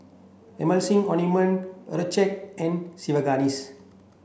Emulsying Ointment Accucheck and Sigvaris